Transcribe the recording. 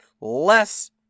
less